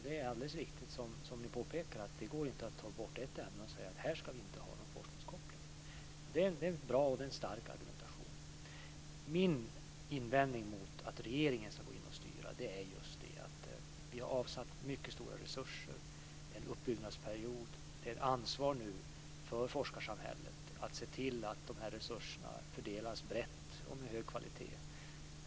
Det är alldeles riktigt, som ni påpekar, att det inte går att ta bort ett ämne och säga: Här ska vi inte ha någon forskningskoppling. Det är alltså en bra och en stark argumentation. Min invändning mot att regeringen ska gå in och styra är just att vi har avsatt mycket stora resurser. Det är nu en uppbyggnadsperiod, och det är ett ansvar för forskarsamhället att se till att de här resurserna fördelas brett och med hög kvalitet.